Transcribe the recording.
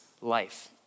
life